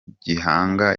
gihanga